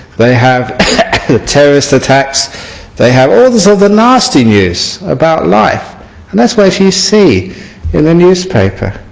they have terrorist attacks they have all those other nasty news about life and that's what you see in the newspaper